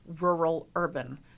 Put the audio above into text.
rural-urban